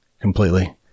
completely